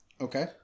Okay